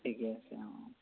ঠিকেই আছে অঁ